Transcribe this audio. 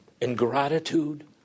ingratitude